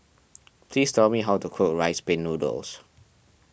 please tell me how to cook Rice Pin Noodles